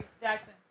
Jackson